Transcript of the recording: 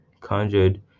conjured